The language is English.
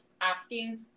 asking